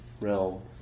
realm